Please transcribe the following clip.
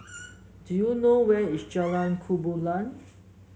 do you know where is Jalan Gumilang